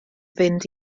fynd